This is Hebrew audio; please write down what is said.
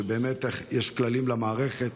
שבאמת יש כללים למערכת.